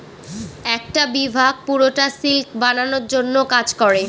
একটা বিভাগ পুরোটা সিল্ক বানানোর জন্য কাজ করে